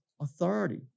authority